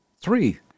Three